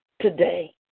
today